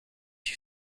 you